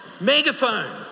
Megaphone